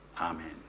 Amen